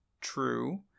true